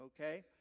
okay